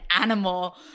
animal